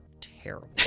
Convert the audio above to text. Terrible